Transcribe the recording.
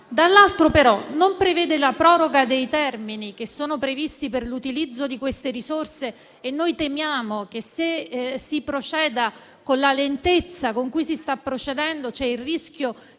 dall'altro lato, però, non prevede la proroga dei termini previsti per l'utilizzo di queste risorse. E noi temiamo che, se si procede con la lentezza con cui si sta avanzando, vi sia il rischio